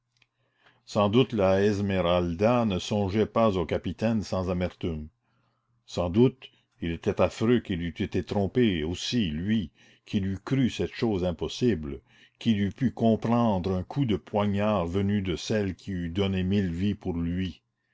sans doute la esmeralda ne songeait pas au capitaine sans amertume sans doute il était affreux qu'il eût été trompé aussi lui qu'il eût cru cette chose impossible qu'il eût pu comprendre un coup de poignard venu de celle qui eût donné mille vies pour lui